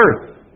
earth